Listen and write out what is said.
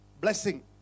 blessing